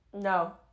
No